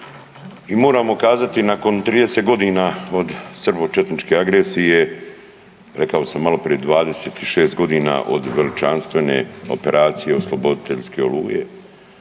I moramo kazati nakon 30 godina od srbo-četničke agresije, rekao sam malo prije 26 godina od veličanstvene operacije osloboditeljske Oluje,